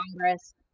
Congress